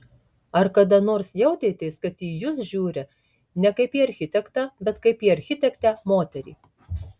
ar kada nors jautėtės kad į jūs žiūri ne kaip į architektą bet kaip į architektę moterį